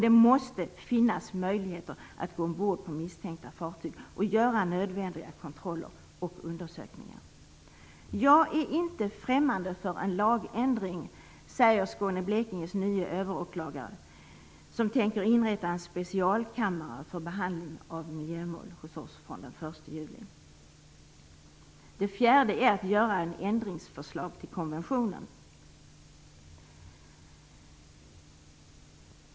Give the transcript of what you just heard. Det måste finnas möjligheter att gå ombord på misstänkta fartyg för att göra nödvändiga kontroller och undersökningar. "Jag är inte främmande för en lagändring", säger Skåne-Blekinges nye överåklagare, som tänker inrätta en specialkammare för behandling av miljömål från den 1 juli. Ett annat viktigt krav är att göra ett ändringsförslag till konventionen.